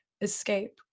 escape